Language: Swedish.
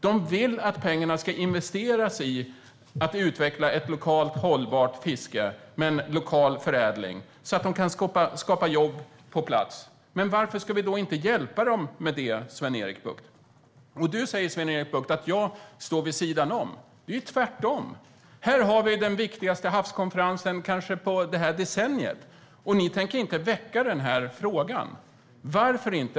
De vill att pengarna ska investeras i att utveckla ett lokalt hållbart fiske med en lokal förädling så att de kan skapa jobb på plats. Varför ska vi då inte hjälpa dem med det, Sven-Erik Bucht? Du säger att jag står vid sidan om, Sven-Erik Bucht. Det är tvärtom. Här har vi kanske den viktigaste havskonferensen på det här decenniet, och ni tänker inte väcka frågan. Varför inte?